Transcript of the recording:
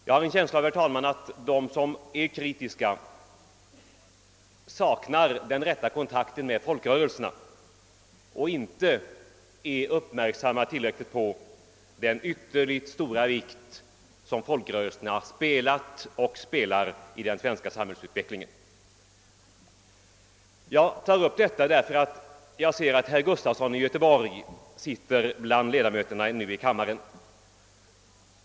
Jag har en känsla av, herr talman, att de som är kritiska saknar den rätta kontakten med folkrörelserna och inte är tillräckligt uppmärksamma på den utomordenligt stora roll som folkrörelserna spelar och har spelat i den svenska samhällsutvecklingen. Jag tar upp detta därför att jag ser att herr Gustafson i Göteborg nu sitter bland ledamöterna i kammaren.